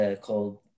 called